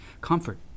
Comfort